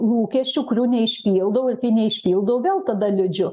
lūkesčių kurių neiškildavo ir neišpildau vėl tada liūdžiu